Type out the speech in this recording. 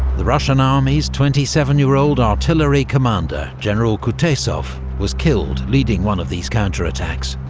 the russian army's twenty seven year old artillery commander, general kutaisov, was killed leading one of these counterattacks.